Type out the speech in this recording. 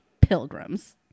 pilgrims